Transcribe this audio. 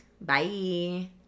Bye